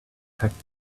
packed